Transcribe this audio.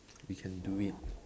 we can do it